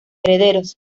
herederos